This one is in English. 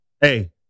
Hey